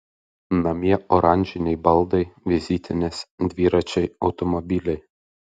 namie oranžiniai baldai vizitinės dviračiai automobiliai